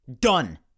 done